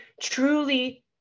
truly